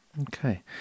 Okay